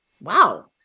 Wow